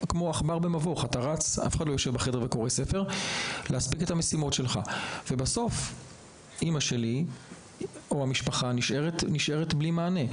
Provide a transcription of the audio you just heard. הזמן כדי להספיק את המשימות שלהם ואימא שלי נשארה בלי מענה.